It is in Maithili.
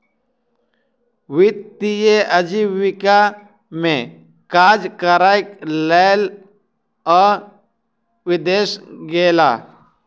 वित्तीय आजीविका में काज करैक लेल ओ विदेश गेला